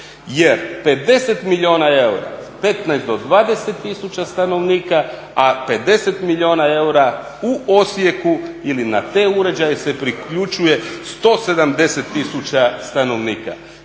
jer 50 milijuna eura, 15 do 20 tisuća stanovnika, a 50 milijuna eura u Osijeku ili na te uređaje se priključuje 170 tisuća stanovnika.